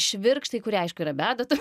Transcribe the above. švirkštai kurie aišku yra be adatų